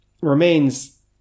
remains